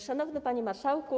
Szanowny Panie Marszałku!